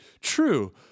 True